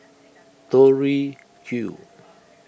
Tori Q